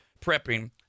prepping